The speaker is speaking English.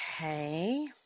Okay